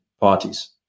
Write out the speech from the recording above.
parties